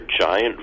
giant